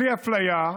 בלי אפליה.